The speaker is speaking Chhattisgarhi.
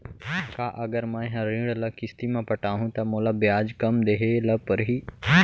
का अगर मैं हा ऋण ल किस्ती म पटाहूँ त मोला ब्याज कम देहे ल परही?